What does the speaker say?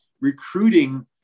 recruiting